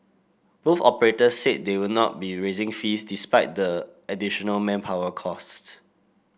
both operators said they would not be raising fees despite the additional manpower costs